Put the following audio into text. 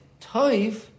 Toiv